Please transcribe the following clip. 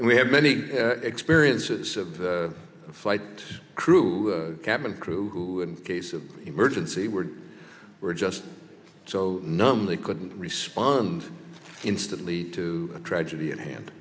and we have many experiences of the flight crew cabin crew who case of emergency were were just so numb they couldn't respond instantly to a tragedy at hand